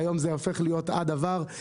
זה הופך היום להיות "הדבר".